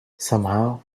somehow